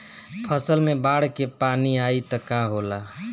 फसल मे बाढ़ के पानी आई त का होला?